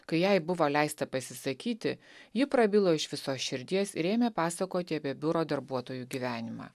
kai jai buvo leista pasisakyti ji prabilo iš visos širdies ir ėmė pasakoti apie biuro darbuotojų gyvenimą